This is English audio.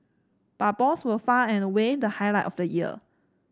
but balls were far and away the highlight of the year